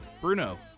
Bruno